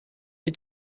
est